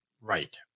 right